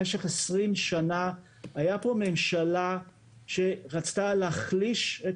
במשך עשרים שנה הייתה פה ממשלה שרצתה להחליש את